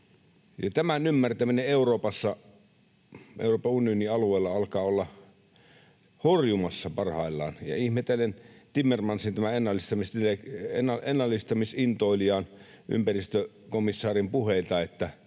tämän ymmärtäminen Euroopassa, Euroopan unionin alueella, alkaa olla horjumassa parhaillaan. Ihmettelen Timmermansin, tämän ennallistamisintoilijan, ympäristökomissaarin, puheita, että